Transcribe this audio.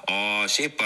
o šiaip